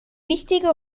wichtige